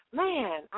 man